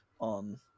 on